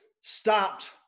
stopped